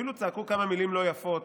אפילו צעקו כמה מילים לא יפות,